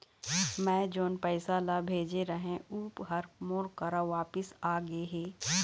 मै जोन पैसा ला भेजे रहें, ऊ हर मोर करा वापिस आ गे हे